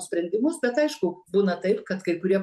sprendimus tad aišku būna taip kad kai kurie